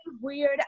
weird